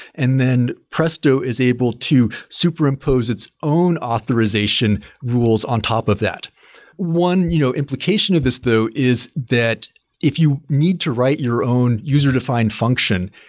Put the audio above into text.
and then presto is able to superimpose its own authorization rules on top of that one you know implication of this though is that if you need to write your own user-defined function,